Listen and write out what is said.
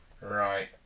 Right